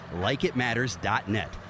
LikeItMatters.net